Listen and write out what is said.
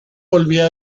volvía